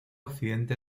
accidente